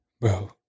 bro